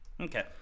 okay